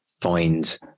find